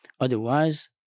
otherwise